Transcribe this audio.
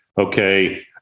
Okay